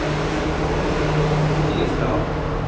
do you think its loud